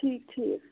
ٹھیٖک ٹھیٖک